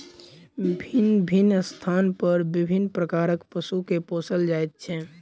भिन्न भिन्न स्थान पर विभिन्न प्रकारक पशु के पोसल जाइत छै